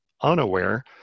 unaware